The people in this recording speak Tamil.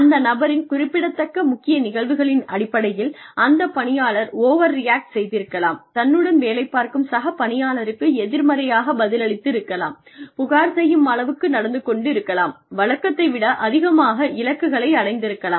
அந்த நபரின் குறிப்பிடத்தக்க முக்கிய நிகழ்வுகளின் அடிப்படையில் அந்த பணியாளர் ஓவர்ரியாக்ட் செய்திருக்கலாம் தன்னுடன் வேலைப் பார்க்கும் சக பணியாளருக்கு எதிர்மறையாகப் பதிலளித்திருக்கலாம் புகார் செய்யும் அளவுக்கு நடந்து கொண்டிருக்கலாம் வழக்கத்தை விட அதிகமாக இலக்கை அடைந்திருக்கலாம்